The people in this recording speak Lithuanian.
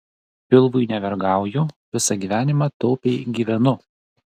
pilvui nevergauju visą gyvenimą taupiai gyvenu